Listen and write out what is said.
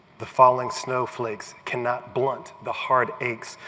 the falling snowflakes cannot blunt the hard aches,